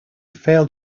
failed